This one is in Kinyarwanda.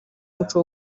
umuco